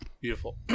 Beautiful